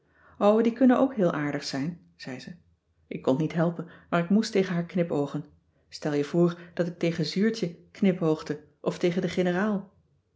die kunnen ook heel aardig zijn zei ze ik kon t niet helpen maar ik moest tegen haar knipoogen stel je voor dat ik tegen zuurtje knipoogde of tegen de generaal